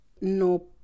No